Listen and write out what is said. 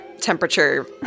temperature